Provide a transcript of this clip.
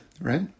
right